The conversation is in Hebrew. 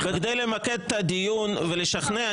כדי למקד את הדיון ולשכנע,